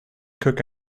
cook